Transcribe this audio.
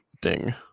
ding